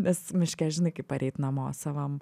nes miške žinai kaip pareit namo savam